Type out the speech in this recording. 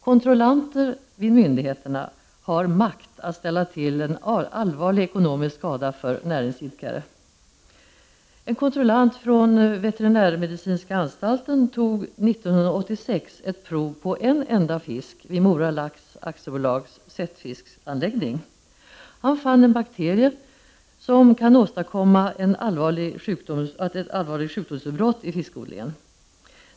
Kontrollanter vid myndigheterna har makt att ställa till en allvarlig ekonomisk skada för näringsidkare. En kontrollant från Veterinärmedicinska anstalten tog 1986 ett prov på en enda fisk vid Mora Lax AB:s sättfiskanläggning. Han fann en bakterie som kan åstadkomma ett allvarligt sjukdomsutbrott i fiskodlingen.